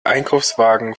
einkaufswagen